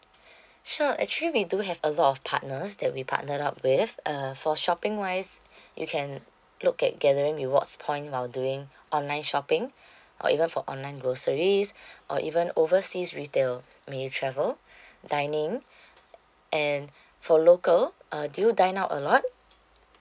sure actually we do have a lot of partners that we partner up with uh for shopping wise you can look at gathering rewards point while doing online shopping or even for online groceries or even overseas retail when you travel dining and for local uh do you dine out a lot